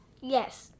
Yes